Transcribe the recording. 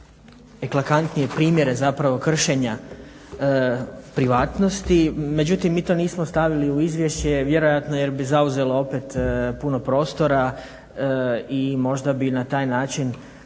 najeklatantnije primjere zapravo kršenja privatnosti međutim mi to nismo stavili u izvješće vjerojatno jer bi zauzelo opet puno prostora i možda bi na taj način